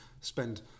spend